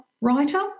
writer